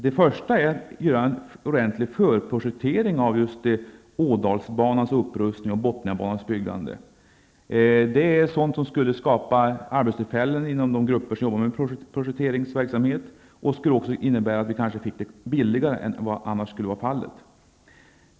Det första är att göra en ordentlig förprojektering av Ådalsbanans upprustning och Bothniabanans byggande. Det skulle skapa arbetstillfällen inom de grupper som sysslar med projekteringsverksamhet. Det skulle också innebära att vi kanske fick det billigare än som annars skulle vara fallet.